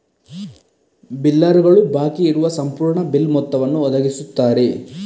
ಬಿಲ್ಲರುಗಳು ಬಾಕಿ ಇರುವ ಸಂಪೂರ್ಣ ಬಿಲ್ ಮೊತ್ತವನ್ನು ಒದಗಿಸುತ್ತಾರೆ